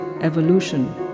evolution